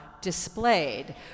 displayed